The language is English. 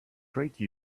trade